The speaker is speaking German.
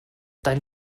dein